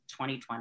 2020